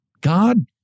God